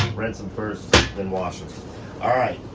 rinse them first then wash them. all right.